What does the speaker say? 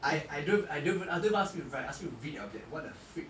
I I don't I don't even ask me to write ask me to read I'll be like what the freak